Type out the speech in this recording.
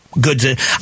Goods